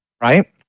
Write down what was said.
right